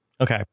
okay